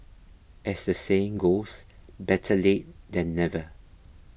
as the saying goes better late than never